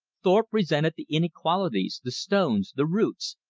thorpe resented the inequalities, the stones, the roots,